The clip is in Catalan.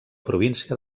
província